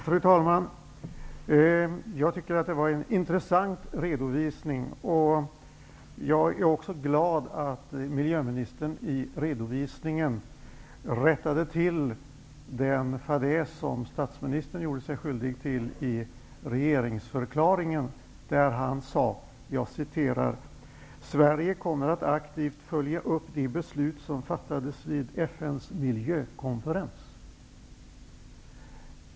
Fru talman! Det var en intressant redovisning. Jag är också glad över att miljöministern i redovisningen rättade till den fadäs som statsministern gjorde sig skyldig till i regeringsförklaringen, då han sade: ''Sverige kommer att aktivt följa upp de beslut som fattades vid FN:s miljökonferens.''